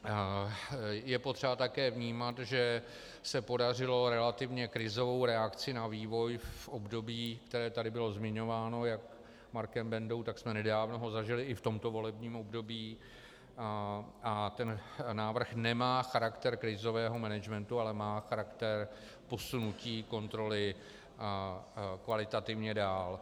A je potřeba také vnímat, že se podařilo relativně krizovou reakci na vývoj v období, které tady bylo zmiňováno jak Markem Bendou, tak jsme ho nedávno zažili i v tomto volebním období, a ten návrh nemá charakter krizového managementu, ale má charakter posunutí kontroly kvalitativně dál.